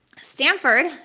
Stanford